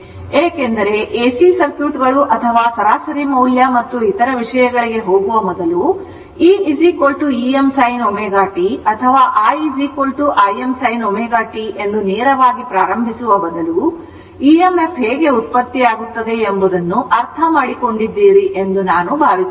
ಏಕೆಂದರೆ ಎಸಿ ಸರ್ಕ್ಯೂಟ್ಗಳು ಅಥವಾ ಸರಾಸರಿ ಮೌಲ್ಯ ಮತ್ತು ಇತರ ವಿಷಯಗಳಿಗೆ ಹೋಗುವ ಮೊದಲು e Em sin ω t ಅಥವಾ i Emsin ω t ಎಂದು ನೇರವಾಗಿ ಪ್ರಾರಂಭಿಸುವ ಬದಲು emf ಹೇಗೆ ಉತ್ಪತ್ತಿಯಾಗುತ್ತದೆ ಎಂಬುದನ್ನು ಅರ್ಥಮಾಡಿಕೊಂಡಿದ್ದೀರಿ ಎಂದು ನಾನು ಭಾವಿಸುತ್ತೇನೆ